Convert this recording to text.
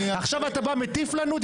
עכשיו אתה בא ומטיף לנו?